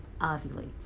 ovulates